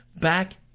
back